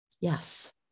Yes